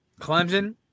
Clemson